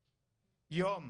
יום,